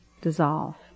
dissolve